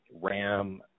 Ram